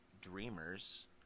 dreamers